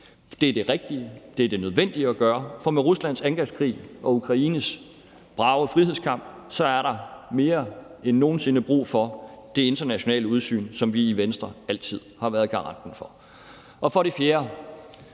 Det er det rigtige og det nødvendige at gøre, for med Ruslands angrebskrig og Ukraines brave frihedskamp er der mere end nogen sinde brug for det internationale udsyn, som vi i Venstre altid har været garanten for. For det fjerde